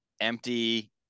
empty